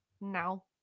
now